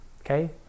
Okay